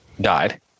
died